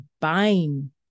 buying